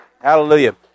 Hallelujah